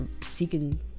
seeking